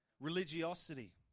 Religiosity